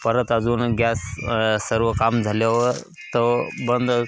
परत अजून गॅस सर्व काम झाल्यावर तो बंद